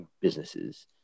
businesses